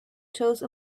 chose